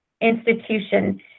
institution